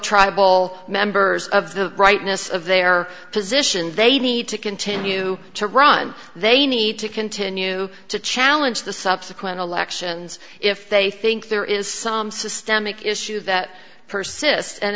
tribal members of the rightness of their position they need to continue to run they need to continue to challenge the subsequent elections if they think there is some systemic issue that persists and